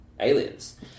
Aliens